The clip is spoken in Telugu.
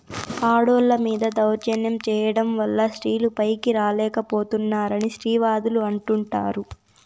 ఆడోళ్ళ మీద దౌర్జన్యం చేయడం వల్ల స్త్రీలు పైకి రాలేక పోతున్నారని స్త్రీవాదులు అంటుంటారు